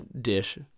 dish